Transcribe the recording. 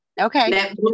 Okay